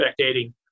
spectating